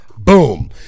boom